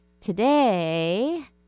Today